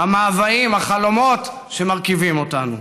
המאוויים והחלומות שמרכיבים אותו.